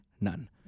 none